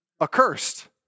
accursed